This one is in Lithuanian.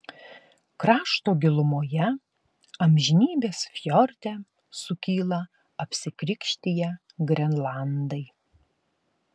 krašto gilumoje amžinybės fjorde sukyla apsikrikštiję grenlandai